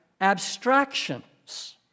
abstractions